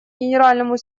генеральному